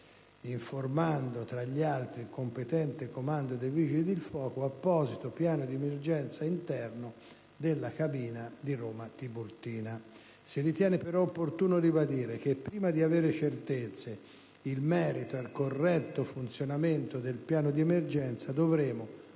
informando tra gli altri il competente Comando dei Vigili del fuoco, apposito piano di emergenza interno della cabina di Roma Tiburtina. Ritengo però opportuno ribadire che, prima di avere certezze in merito al corretto funzionamento del piano di emergenza, dovremo